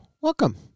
Welcome